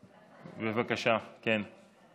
בבקשה, כן.